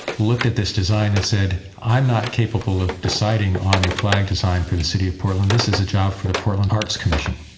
looked at this design and said, i'm not capable of deciding on a flag design for the city of portland. this is a job for the portland arts commission.